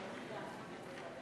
נגד ואחד נמנע.